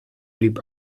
blieb